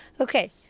okay